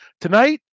tonight